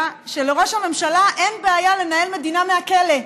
שלראש הממשלה אין בעיה לנהל מדינה מהכלא.